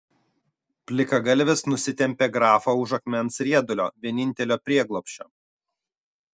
plikagalvis nusitempė grafą už akmens riedulio vienintelio prieglobsčio